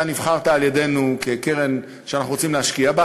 אתה נבחרת על-ידינו כקרן שאנחנו רוצים להשקיע בה,